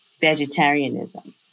vegetarianism